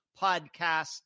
podcast